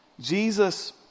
Jesus